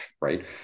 right